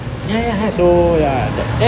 ya ya have